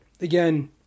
Again